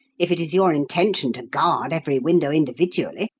if it is your intention to guard every window individually,